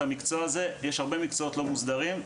המקצוע הזה הרי יש הרבה מקצועות לא מוסדרים,